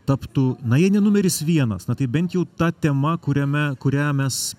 taptų na jei numeris vienas na tai bent jau ta tema kuriame kurią mes